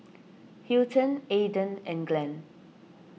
Hilton Aidan and Glen